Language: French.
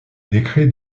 décret